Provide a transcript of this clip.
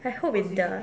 I hope it does